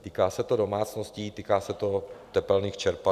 Týká se to domácností, týká se to tepelných čerpadel.